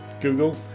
Google